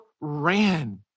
ran